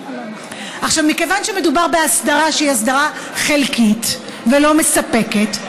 מכיוון שמדובר בהסדרה שהיא הסדרה חלקית ולא מספקת,